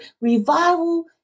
revival